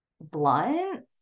blunt